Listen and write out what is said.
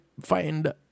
find